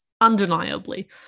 undeniably